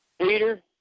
Peter